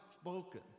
spoken